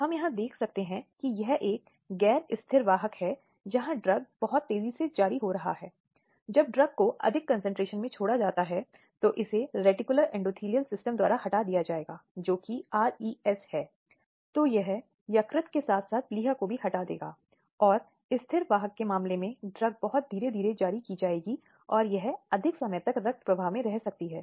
हालाँकि यदि उसने अपनी सहमति नहीं दी तो उस मामले में दंडात्मक कानूनों के तहत महिला के शरीर के साथ हस्तक्षेप करने के मामले में महिला के साथ जबरन संबंध का उल्लंघन किया जाता है